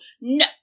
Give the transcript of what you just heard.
No